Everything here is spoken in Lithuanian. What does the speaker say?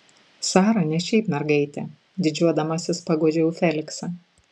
sara ne šiaip mergaitė didžiuodamasis paguodžiau feliksą